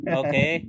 okay